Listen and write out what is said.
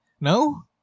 No